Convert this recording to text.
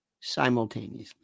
simultaneously